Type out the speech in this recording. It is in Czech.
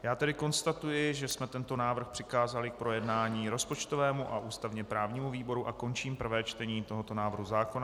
Já tedy konstatuji, že jsme tento návrh přikázali k projednání rozpočtovému a ústavněprávnímu výboru, a končím prvé čtení tohoto návrhu zákona.